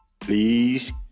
Please